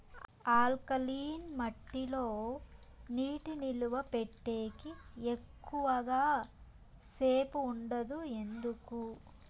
alkaline మట్టి లో నీటి నిలువ పెట్టేకి ఎక్కువగా సేపు ఉండదు ఎందుకు